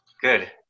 Good